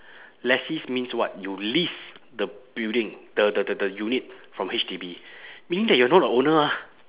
lessees means what you lease the building the the the the unit from H_D_B meaning that you are not a owner ah